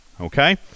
okay